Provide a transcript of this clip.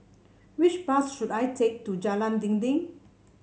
which bus should I take to Jalan Dinding